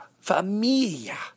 Familia